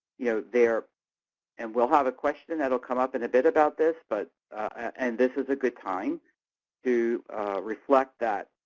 you know and we'll have a question that will come up in a bit about this, but and this is a good time to reflect that